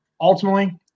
ultimately